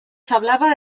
hablaba